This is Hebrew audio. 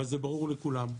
אבל זה ברור לכולם.